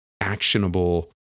actionable